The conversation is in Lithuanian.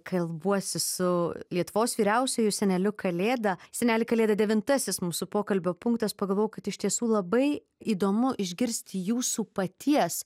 kalbuosi su lietuvos vyriausiuoju seneliu kalėda seneli kalėda devintasis mūsų pokalbio punktas pagalvojau kad iš tiesų labai įdomu išgirsti jūsų paties